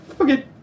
okay